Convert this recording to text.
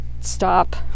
stop